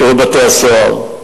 שירות בתי-הסוהר.